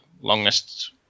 longest